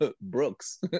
Brooks